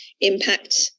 impact